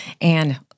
And-